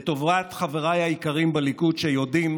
לטובת חבריי היקרים בליכוד שיודעים